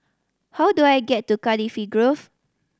how do I get to Cardifi Grove